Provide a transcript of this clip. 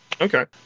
Okay